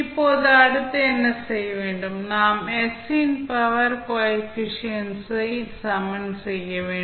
இப்போது அடுத்து என்ன செய்ய வேண்டும் நாம் s ன் பவர் கோஎஃபிசியன்ட்ஸ் ஐ சமன் செய்ய வேண்டும்